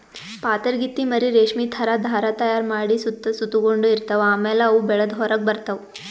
ಪಾತರಗಿತ್ತಿ ಮರಿ ರೇಶ್ಮಿ ಥರಾ ಧಾರಾ ತೈಯಾರ್ ಮಾಡಿ ಸುತ್ತ ಸುತಗೊಂಡ ಇರ್ತವ್ ಆಮ್ಯಾಲ ಅವು ಬೆಳದ್ ಹೊರಗ್ ಬರ್ತವ್